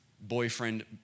boyfriend